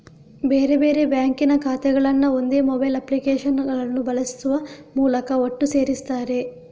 ಬೇರೆ ಬೇರೆ ಬ್ಯಾಂಕಿನ ಖಾತೆಗಳನ್ನ ಒಂದೇ ಮೊಬೈಲ್ ಅಪ್ಲಿಕೇಶನ್ ಅನ್ನು ಬಳಸುವ ಮೂಲಕ ಒಟ್ಟು ಸೇರಿಸ್ತಾರೆ